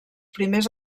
primers